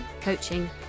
coaching